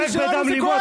הוא זועק מדם ליבו.